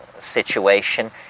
situation